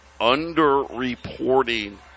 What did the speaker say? under-reporting